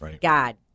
God